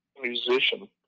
musician